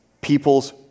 peoples